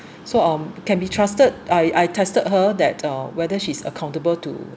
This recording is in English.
so um can be trusted I I tested her that uh whether she is accountable to